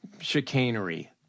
chicanery